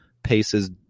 Paces